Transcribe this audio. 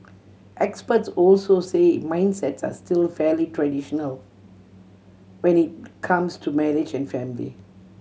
experts also say mindsets are still fairly traditional when it comes to marriage and family